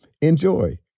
Enjoy